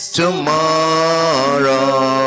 tomorrow